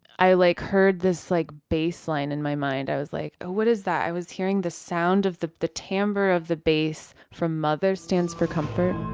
i like heard this like bass line in my mind i was like oh what is that. i was hearing the sound of the the timbre of the bass from mother stands for comfort.